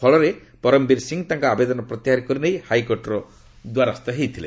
ଫଳରେ ପରମବୀର ସିଂହ ତାଙ୍କ ଆବେଦନ ପ୍ରତ୍ୟାହାର କରିନେଇ ହାଇକୋର୍ଟର ଦ୍ୱାରସ୍ଥ ହୋଇଥିଲେ